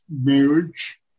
marriage